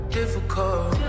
difficult